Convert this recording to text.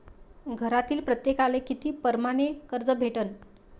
घरातील प्रत्येकाले किती परमाने कर्ज भेटन?